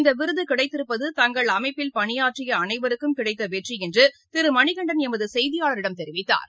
இந்தவிருதுகிடைத்திருப்பது அமைப்பில் பணியாற்றியஅனைவருக்கும் கிளடத்தவெற்றிஎன்றுதிருமணிகண்டன் எமதுசெய்தியாளரிடம் தெரிவித்தார்